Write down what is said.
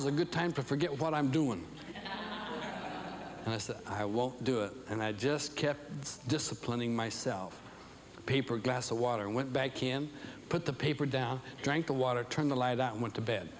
is a good time for forget what i'm doing and i said i won't do it and i just kept disciplining myself paper a glass of water and went back him put the paper down drank the water turned the light out went to bed